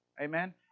Amen